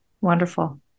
wonderful